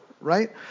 right